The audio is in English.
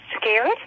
scared